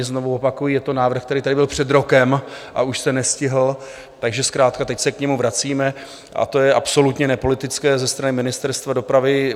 Znovu opakuji, je to návrh, který tady byl před rokem, a už se nestihl, takže zkrátka teď se k němu vracíme, a to je absolutně nepolitické ze strany Ministerstva dopravy.